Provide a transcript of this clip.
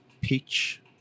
Peach